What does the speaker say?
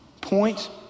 point